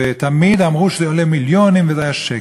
תמיד אמרו שזה עולה מיליונים, וזה היה שקר.